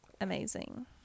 amazing